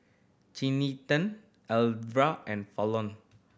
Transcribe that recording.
Cinthia Alverda and Falon